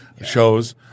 shows